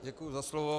Děkuji za slovo.